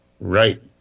Right